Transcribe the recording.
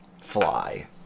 Fly